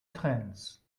trends